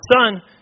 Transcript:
Son